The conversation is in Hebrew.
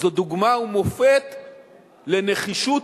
זו דוגמה ומופת לנחישות,